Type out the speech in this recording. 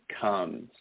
comes